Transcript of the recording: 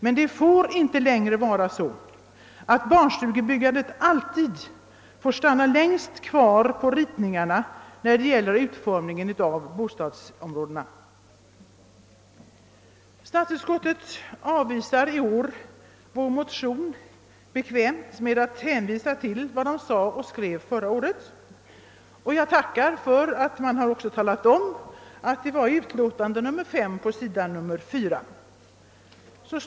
Men det får inte längre vara så att barnstugebyggandet alltid får stanna kvar längst på ritningarna när det gäller utformningen av bostadsområdena. Statsutskottet avstyrker i år bekvämt vår motion med att hänvisa till vad utskottet anförde förra året. Jag tackar för att utskottet också talat om att det var i utlåtande nr 5 på s. 4 ärendet behandlades förra året.